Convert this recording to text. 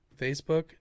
Facebook